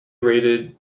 rated